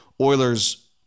Oilers